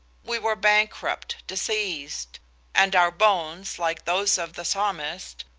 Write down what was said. we were bankrupt, diseased and our bones, like those of the psalmist,